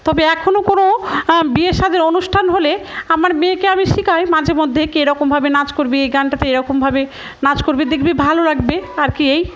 তবে এখনও কোনো বিয়ের সাজের অনুষ্ঠান হলে আমার মেয়েকে আমি শেখাই মাঝে মধ্যে এরকমভাবে নাচ করবি এই গানটাতে এরকমভাবে নাচ করবি দেখবি ভালো লাগবে আর কি এই